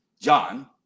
john